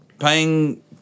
paying